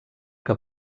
que